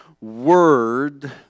word